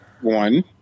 One